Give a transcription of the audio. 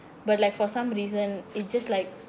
but like for some reason it just like